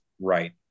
Right